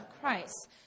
Christ